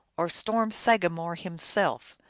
or storm-sagamore himself,